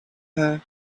her